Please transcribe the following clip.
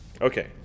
Okay